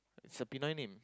it's a Pinoy name